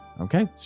Okay